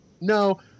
No